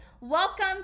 Welcome